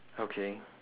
okay